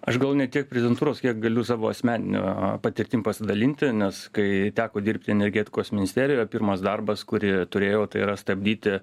aš gal ne tiek prezentūros kiek galiu savo asmenine patirtim pasidalinti nes kai teko dirbti energetikos ministerioe pirmas darbas kurį turėjau tai yra stabdyti